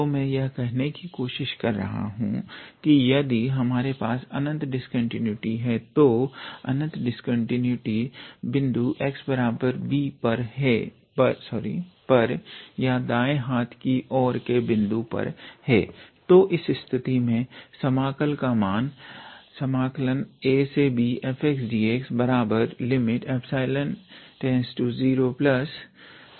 तो मैं यह कहने की कोशिश कर रहा हूं कि यदि हमारे पास अनंत डिस्कंटीन्यूटी है तो अनंत डिस्कंटीन्यूटी बिंदु xb पर या दाएं हाथ की और के बिंदु पर है तो इस स्थिति में समाकल का मान abfxdx∈→0ab ∈fxdx होगा